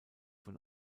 von